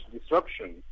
disruption